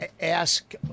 Ask